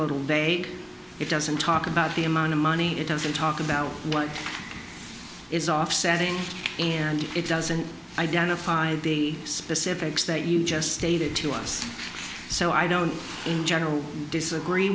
little vague it doesn't talk about the amount of money it doesn't talk about what is offsetting and it doesn't identify the specifics that you just stated to us so i don't in general disagree